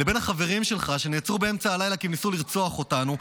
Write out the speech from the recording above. לבין החברים שלך שעצרו באמצע הלילה כי הם ניסו לרצוח אותנו,